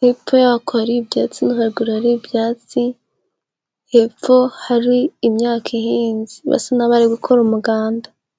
hepfo yako ari ibyatsi n'ibiguri byatsi. Hepfo hari imyaka ihinze, basa n'abari gukora umuganda.